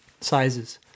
sizes